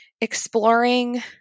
exploring